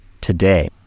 today